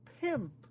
pimp